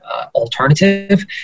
alternative